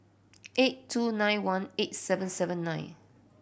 eight two nine one eight seven seven nine